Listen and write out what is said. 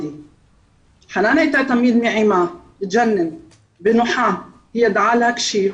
חנאן הייתה תמיד נעימה ונוחה, היא ידעה להקשיב